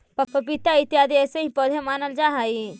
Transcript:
पपीता इत्यादि ऐसे ही पौधे मानल जा हई